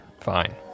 Fine